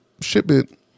shipment